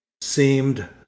seemed